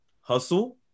hustle